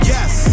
Yes